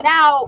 Now